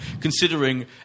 considering